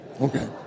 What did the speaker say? Okay